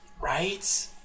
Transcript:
Right